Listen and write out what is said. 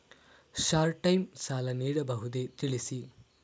Short time ಸಾಲ ನೀಡಬಹುದೇ ತಿಳಿಸಿ?